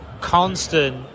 constant